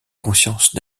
conscience